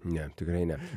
ne tikrai ne